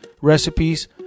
recipes